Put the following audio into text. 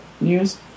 news